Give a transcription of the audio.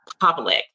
public